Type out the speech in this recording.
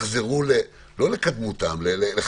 על סדר-היום: תקנות שיקים ללא כיסוי (סייגים